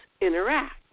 interact